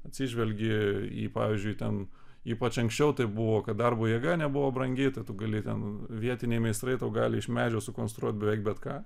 atsižvelgė į pavyzdžiui ten ypač anksčiau tai buvo kad darbo jėga nebuvo brangi tai tu gali ten vietiniai meistrai tau gali iš medžio sukonstruoti beveik bet ką